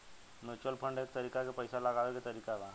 mutual fund एक तरीका के पइसा लगावे के तरीका बा